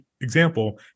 example